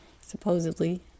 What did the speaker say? supposedly